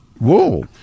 Whoa